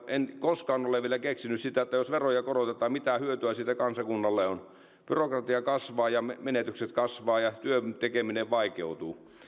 en koskaan ole vielä keksinyt sitä että jos veroja korotetaan mitä hyötyä siitä kansakunnalle on byrokratia kasvaa ja menetykset kasvavat ja työn tekeminen vaikeutuu